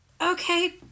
Okay